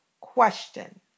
question